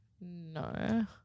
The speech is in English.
No